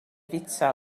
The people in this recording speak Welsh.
fwyta